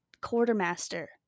quartermaster